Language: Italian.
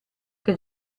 che